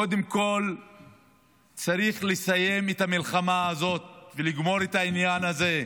קודם כול צריך לסיים את המלחמה הזאת ולגמור את העניין הזה,